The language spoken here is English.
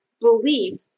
belief